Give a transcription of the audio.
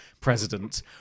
president